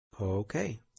Okay